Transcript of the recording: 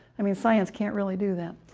i mean science can't really do that.